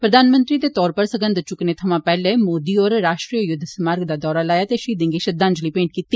प्रधानमंत्री दे तौर पर सगंघ चुक्कने सवां पैहले मोदी होरें राष्ट्रीय युद्ध स्मार्क दा दौरा लाया ते शहीदें गी श्रद्धांजलि भेंट कीती